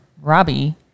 Robbie